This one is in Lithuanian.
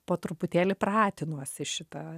po truputėlį pratinuosi šitą